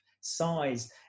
Size